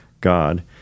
God